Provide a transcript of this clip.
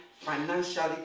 financially